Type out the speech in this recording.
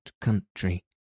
country